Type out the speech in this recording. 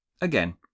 Again